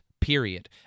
period